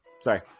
Sorry